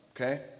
okay